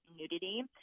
nudity